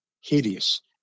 hideous